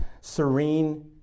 serene